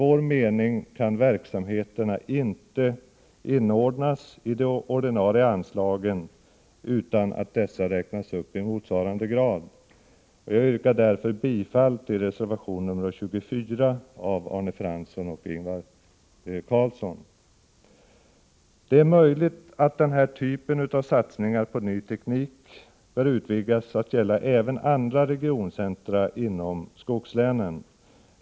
Vi anser att verksamheterna inte kan inordnas i de ordinarie anslagen utan att dessa räknas upp i motsvarande grad. Jag yrkar därför bifall till reservation nr 24 av Arne Fransson och Ingvar Karlsson i Bengtsfors. Det är möjligt att den här typen av satsningar på ny teknik bör utvidgas att gälla även andra regioncentra inom skogslänen.